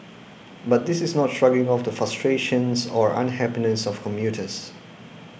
but this is not shrugging off the frustrations or unhappiness of commuters